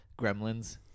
Gremlins